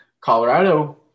Colorado